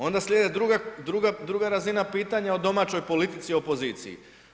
Onda slijede druga razina pitanja o domaćoj politici i opoziciji.